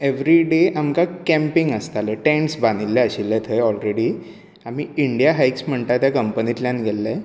every day आमकां camping आसताले tent बांदिल्ले आसताले थंय ओलरेडी आमी इंडिया हायक्स त्या कंपनींतल्यान गेल्ले